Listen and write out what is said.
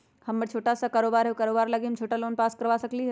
हमर छोटा सा कारोबार है उ कारोबार लागी हम छोटा लोन पास करवा सकली ह?